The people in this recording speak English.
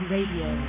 Radio